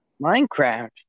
Minecraft